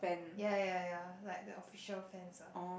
ya ya ya like the official fans ah